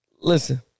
Listen